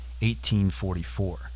1844